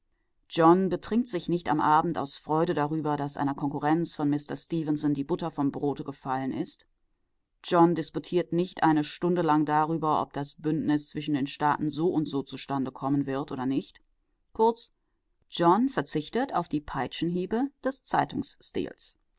john betrinkt sich nicht am abend aus freude darüber daß einer konkurrenz von mister stefenson die butter vom brote gefallen ist john disputiert nicht eine stunde lang darüber ob das bündnis zwischen den staaten soundso zustande kommen wird oder nicht kurz john verzichtet auf die peitschenhiebe des